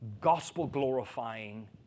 gospel-glorifying